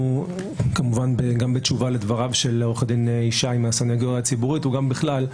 כמובן גם בתשובה לדבריו של עו"ד ישי מהסנגוריה הציבורית וגם בכלל,